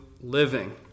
living